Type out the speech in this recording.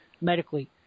medically